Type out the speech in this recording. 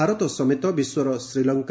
ଭାରତ ସମେତ ବିଶ୍ୱର ଶ୍ରୀଲଙ୍କ